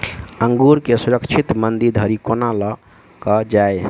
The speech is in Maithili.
अंगूर केँ सुरक्षित मंडी धरि कोना लकऽ जाय?